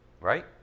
Right